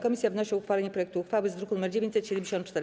Komisja wnosi o uchwalenie projektu uchwały z druku nr 974.